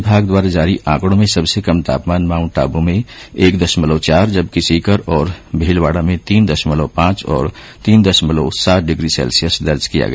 विभाग द्वारा जारी आंकड़ों में सबसे कम तापमान माउंट आब् में एक दशमलव चार जबकि सीकर और भीलवाड़ा में तीन दशमलव पांच और तीन दशमलव सात डिग्री सेल्सियस दर्ज किया गया